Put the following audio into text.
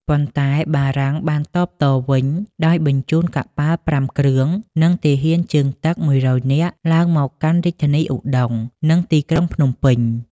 ប៉ុន្តែបារាំងបានតបតវិញដោយបញ្ជូនកប៉ាល់ប្រាំគ្រឿង និងទាហានជើងទឹក ១០០ នាក់ ឡើងមកកាន់រាជធានីឧដុង្គ និងទីក្រុងភ្នំពេញ។